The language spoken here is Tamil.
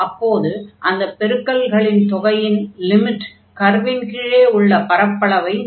அப்போது அந்த பெருக்கல்களின் தொகையின் லிமிட் கர்வின் கீழே உள்ள பரப்பளவை நெருங்கும்